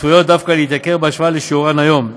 צפוי שדווקא יתייקרו בהשוואה לשיעורן היום.